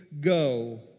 go